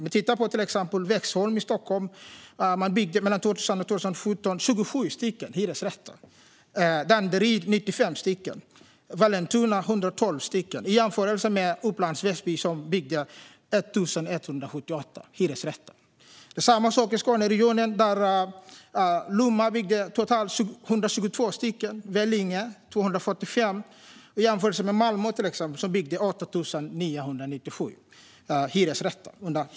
I till exempel Vaxholm i Stockholm har man under 2000-2017 byggt 27 hyresrätter. I Danderyd har man byggt 95 stycken och i Vallentuna 112 stycken. Det kan jämföras med Upplands Väsby, som har byggt 1 178 hyresrätter. Det är samma sak i Skåneregionen: Lomma byggde under samma period, 2000-2017, totalt 122 hyresrätter och Vellinge 245 stycken, i jämförelse med till exempel Malmö som byggde 8 997 hyresrätter.